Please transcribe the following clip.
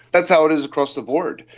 that's how it is across the board.